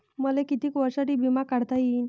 मले कितीक वर्षासाठी बिमा काढता येईन?